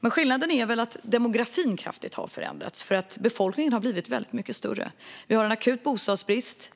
Men skillnaden är väl att demografin har förändrats kraftigt. Befolkningen har blivit väldigt mycket större. Vi har en akut bostadsbrist.